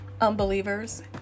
unbelievers